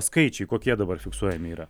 skaičiai kokie dabar fiksuojami yra